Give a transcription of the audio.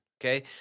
okay